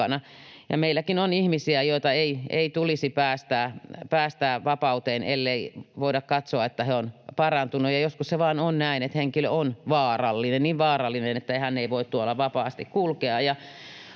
Meilläkin on ihmisiä, joita ei tulisi päästää vapauteen, ellei voida katsoa, että he ovat parantuneet, ja joskus se vain on näin, että henkilö on vaarallinen, niin vaarallinen, ettei hän voi tuolla vapaasti kulkea.